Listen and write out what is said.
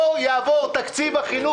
לא יעבור תקציב החינוך.